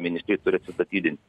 ministrai turi atsistatydint